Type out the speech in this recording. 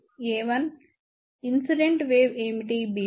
a1